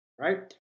Right